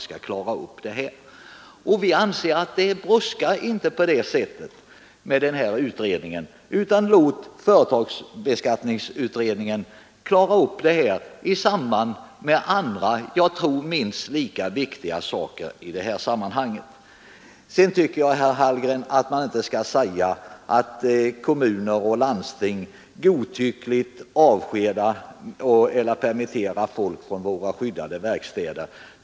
Vi däremot anser att det inte brådskar på det sättet med utredningen. Det är skillnaden oss emellan. Låt företagsskatteberedningen klara upp den här frågan i samband med andra, jag tror att det finns flera minst lika viktiga saker som det som berörs i detta sammanhang. Jag tycker inte, herr Hallgren, att man kan säga att kommuner och landsting godtyckligt avskedar eller permitterar folk från våra skyddade verkstäder.